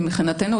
מבחינתנו,